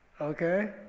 Okay